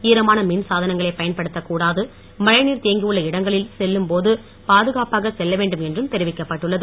ஈரமான மின்சாதனங்களை பயன்படுத்த கூடாது மழை நீர் தேங்கியுள்ள இடங்களில் செல்லும் போது பாதுகாப்பாக செல்ல வேண்டும் என்றும் தெரிவிக்கப்பட்டுள்ளது